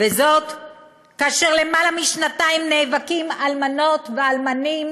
כאשר יותר משנתיים נאבקים אלמנות ואלמנים